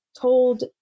told